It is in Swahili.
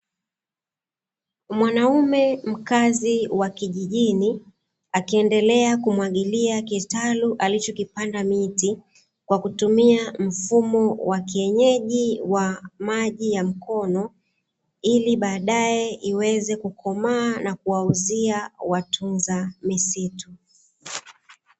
Mwanaume mkazi wa kijijini akiendelea kumwagilia kitaru alichokipanda miti, kwa kutumia mfumo wa kienyeji wa maji ya mkono,i li baadae iweze kukomaa na kuwauzia watunza misitu.